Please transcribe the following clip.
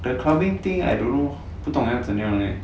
the clubbing thing I don't know 不懂要怎样 leh